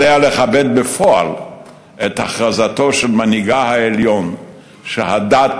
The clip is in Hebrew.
עליה לכבד בפועל את הכרזתו של מנהיגה העליון שהדת